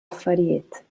affarijiet